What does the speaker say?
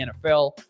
NFL